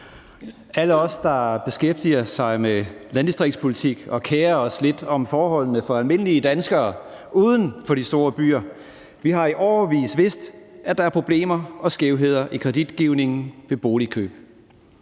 Alle os, der beskæftiger os med landdistriktspolitik og kerer os lidt om forholdene for almindelige danskere uden for de store byer, har i årevis vidst, at der var problemer og skævheder i kreditgivningen ved boligkøb.